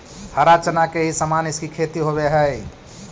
हरा चना के ही समान इसकी खेती होवे हई